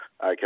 okay